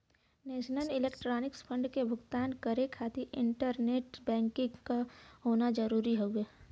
national electronics fund से भुगतान करे खातिर इंटरनेट बैंकिंग क होना जरुरी हउवे